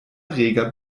reger